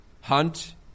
hunt